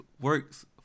works